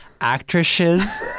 actresses